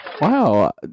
Wow